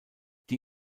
die